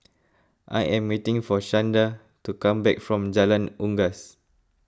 I am waiting for Shanda to come back from Jalan Unggas